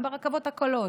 גם ברכבות הקלות,